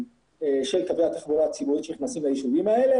קווי התחבורה הציבורית שנכנסים ליישובים האלה.